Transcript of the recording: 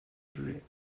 jugé